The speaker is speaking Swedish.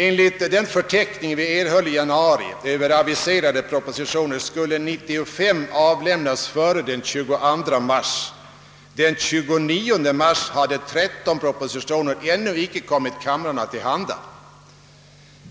Enligt den förteckning som vi erhöll i januari över aviserade propositioner skulle 95 avlämnas före den 22 mars. Den 29 mars hade 13 propositioner ännu inte kommit kamrarna till handa.